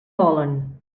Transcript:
volen